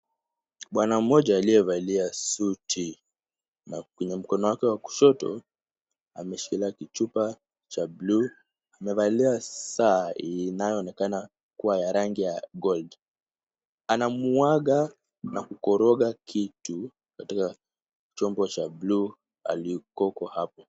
Bwana mmoja aliyevalia suti na kwenye mkono wake wake wa kushoto ameshikilia kichupa cha bluu. Amevalia saa inayoonekana kuwa ya rangi ya gold . Anamwaga na kukoroga kitu katika chombo cha bluu kilichoko hapo.